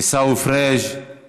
עיסאווי פריג';